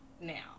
now